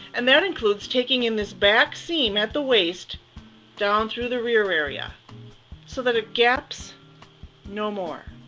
and that includes taking in this back seam at the waist down through the rear area so that it gaps no more.